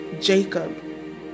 Jacob